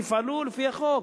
תפעלו לפי החוק.